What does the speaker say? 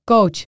Coach